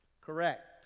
Correct